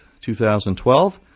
2012